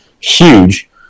Huge